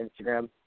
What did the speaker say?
Instagram